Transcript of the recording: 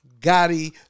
Gotti